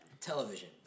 Television